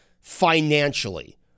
financially